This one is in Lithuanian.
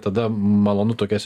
tada malonu tokias